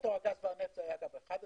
- בסקטור הגז והנפט היה 11%,